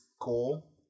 cool